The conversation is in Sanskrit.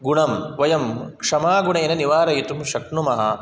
गुणं वयं क्षमागुणेन निवारयितुं शक्नुमः